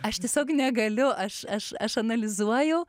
aš tiesiog negaliu aš aš aš analizuoju